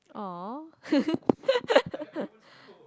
!aww!